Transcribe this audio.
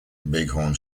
bighorn